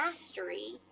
mastery